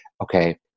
okay